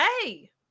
Hey